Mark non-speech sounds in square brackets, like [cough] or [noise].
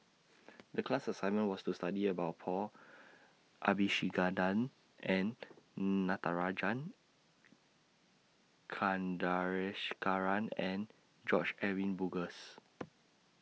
The class assignment was to study about Paul Abisheganaden Natarajan Chandrasekaran and George Edwin Bogaars [noise]